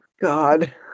God